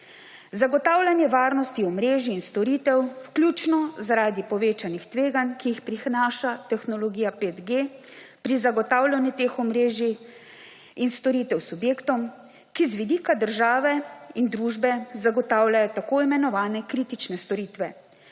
zagotavljanje varnosti omrežij in storitev, vključno zaradi povečanih tveganj, ki jih prinaša tehnologija 5G pri zagotavljanju teh omrežij in storitev subjektom, ki z vidika države in družbe zagotavljajo tako imenovane kritične storitve,